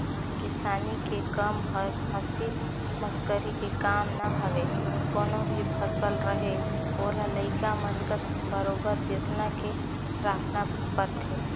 किसानी के कम हर हंसी मसकरी के काम न हवे कोनो भी फसल रहें ओला लइका मन कस बरोबर जेतना के राखना परथे